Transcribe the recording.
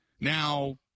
Now